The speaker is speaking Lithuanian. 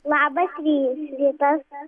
labas ry rytas